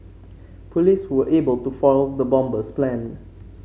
police were able to foil the bomber's plan